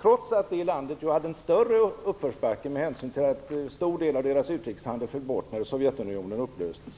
trots att det landet hade en större uppförsbacke med hänsyn till att en stor del av dess utrikeshandel föll bort när Sovjetunionen upplöstes.